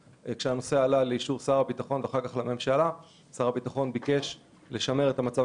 כשהנושא עלה בפני שר הביטחון הוא ביקש לשמר את המצב